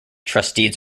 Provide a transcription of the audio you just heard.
trustees